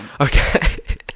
okay